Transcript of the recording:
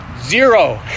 Zero